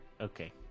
Okay